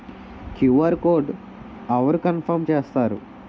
QR code అవరు confirm చేస్తారు?